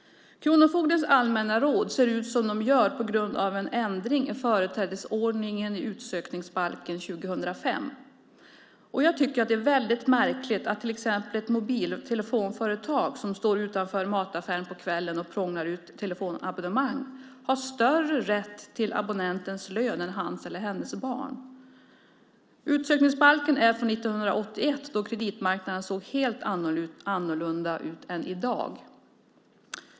Kronofogdemyndighetens allmänna råd ser ut som de gör på grund av en ändring i företrädesordningen i utsökningsbalken 2005. Jag tycker att det är märkligt att ett mobil och telefonföretag som står utanför mataffären på kvällen och prånglar ut telefonabonnemang har större rätt till abonnentens lön än hans eller hennes barn. Utsökningsbalken är från 1981 då kreditmarknaden såg helt annorlunda ut än i dag.